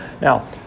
Now